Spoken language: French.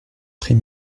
très